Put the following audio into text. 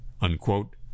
Unquote